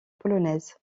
polonaise